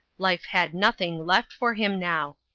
life had nothing left for him now.